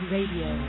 Radio